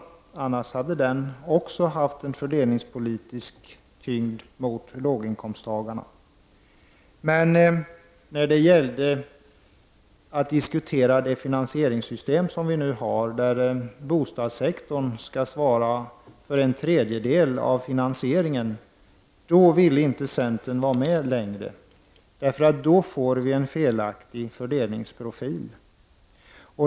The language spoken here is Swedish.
Utan vår medverkan skulle den också haft en fördelningspolitisk tyngd riktad mot låginkomsttagarna. Men när det gäller diskussionen kring det finansieringssystem som vi nu har och där bostadssektorn skall svara för en tredjedel av finansieringen, då ville inte centern vara med längre, för med ett sådant system får vi en felaktig fördelningsprofil.